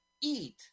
eat